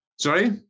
Sorry